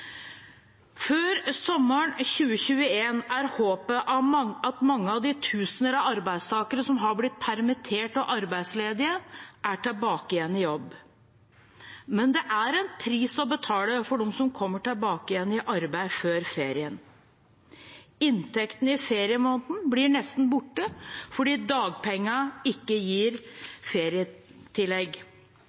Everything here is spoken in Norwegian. Før sommeren 2021 er håpet at mange av de tusener av arbeidstakere som har blitt permittert og arbeidsledige, er tilbake igjen i jobb, men det er en pris å betale for dem som kommer tilbake igjen i arbeid før ferien. Inntekten i feriemåneden blir nesten borte, fordi dagpengene ikke gir ferietillegg,